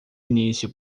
início